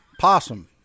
Possum